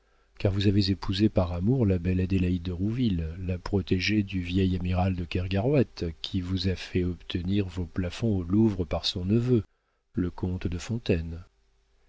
car vous avez épousé par amour la belle adélaïde de rouville la protégée du vieil amiral de kergarouët qui vous a fait obtenir vos plafonds au louvre par son neveu le comte de fontaine